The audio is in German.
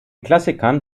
klassikern